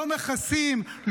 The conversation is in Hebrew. לא מכסים,